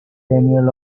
denial